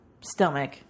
stomach